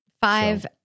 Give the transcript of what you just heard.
five